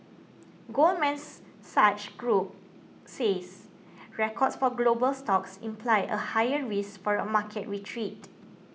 goldman's Sachs Group says records for global stocks imply a higher risk for a market retreat